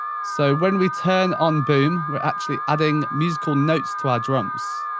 so, when we turn on boom, we're actually adding musical notes to our drums.